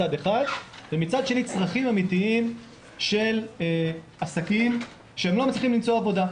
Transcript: זה מצב אחד ומצד שני צרכים אמיתיים של עסקים שלא מצליחים למצוא עבודה.